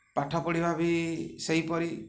ପାଠ ପଢ଼ିବା ବି ସେହିପରି